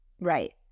Right